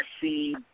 see